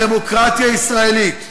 הדמוקרטיה הישראלית,